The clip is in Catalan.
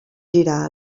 girar